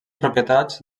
propietats